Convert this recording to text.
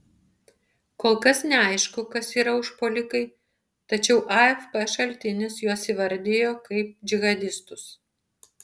kol kas neaišku kas yra užpuolikai tačiau afp šaltinis juos įvardijo kaip džihadistus